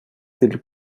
del